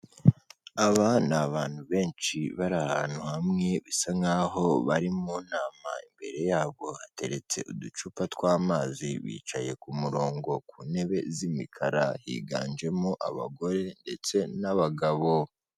Aba ni abantu benshi bari ahantu hamwe bisa nkaho bari mu nama imbere yabo hateretse uducupa twamazi bicaye ku murongo ku ntebe z'imikara, higanjemo abagore ndetse n'abagabo.